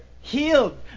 Healed